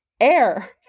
air